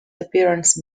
appearance